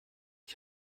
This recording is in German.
ich